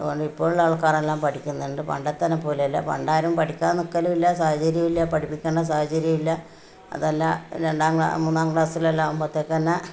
അതുകൊണ്ട് ഇപ്പോൾ ഉള്ള ആള്ക്കാരെല്ലാം പഠിക്കുന്നുണ്ട് പണ്ടത്തേനെ പോലെ അല്ല പണ്ടാരും പഠിക്കാന് നിക്കലും ഇല്ല സാഹചര്യവും ഇല്ല പഠിപ്പിക്കേണ്ട സാഹചര്യവും ഇല്ല അതല്ല രണ്ടാം ക്ലാസ്സ് മൂന്നാം ക്ലാസ്സില് എല്ലാം ആവുമ്പോഴത്തേനെ തന്നെ